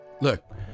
Look